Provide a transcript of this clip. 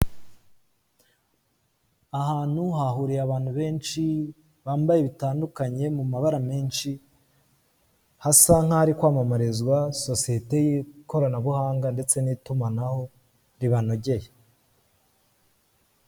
Ahantu hahuriye abantu benshi bambaye bitandukanye mu mabara menshi hasa nk'ahari kwamamarizwa sosiyete y'ikoranabuhanga ndetse n'itumanaho ribanogeye.